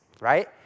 right